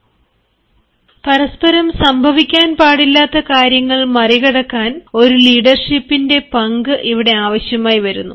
എന്നാൽ അവരുടെ ആശയങ്ങൾ കൈമാറുന്നതിനായി നമ്മൾ യഥാർത്ഥത്തിൽ വരുന്നു പരസ്പരം സംഭവിക്കാൻ പാടില്ലാത്ത കാര്യങ്ങൾ മറികടക്കാൻ ഒരു ലീഡർഷിപ്പിന്റെ പങ്ക് ഇവിടെ ആവിശ്യമായിവരുന്നു